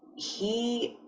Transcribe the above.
he